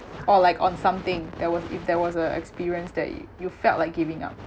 or like on something that was if there was a experience that you felt like giving up